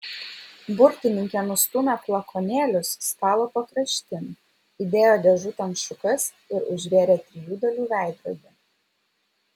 burtininkė nustūmė flakonėlius stalo pakraštin įdėjo dėžutėn šukas ir užvėrė trijų dalių veidrodį